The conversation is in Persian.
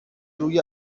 روی